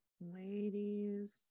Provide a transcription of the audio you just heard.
ladies